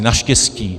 Naštěstí.